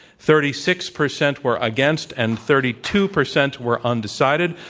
thirty six percent were against, and thirty two percent were undecided.